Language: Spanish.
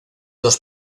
dos